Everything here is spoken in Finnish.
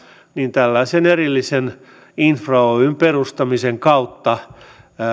tällaisen erillisen infra oyn perustamisen kautta